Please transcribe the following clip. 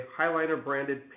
highlighter-branded